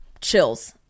chills